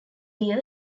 year